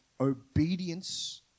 obedience